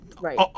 Right